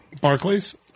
Barclays